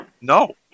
No